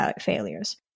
failures